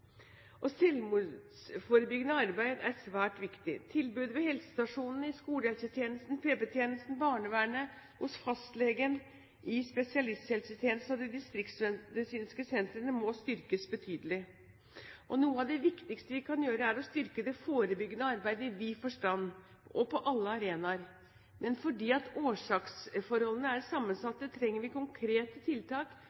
Selvmordsforebyggende arbeid er svært viktig. Tilbudet ved helsestasjonene, i skolehelsetjenesten, i PP-tjenesten, i barnevernet, hos fastlegen, i spesialisthelsetjenesten og i de distriktsmedisinske sentrene må styrkes betydelig. Noe av det viktigste vi kan gjøre, er å styrke det forebyggende arbeidet i vid forstand og på alle arenaer. Men fordi årsaksforholdene er